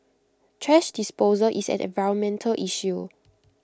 thrash disposal is an environmental issue